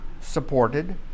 supported